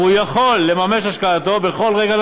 ויכול לממש את השקעתו בכל רגע,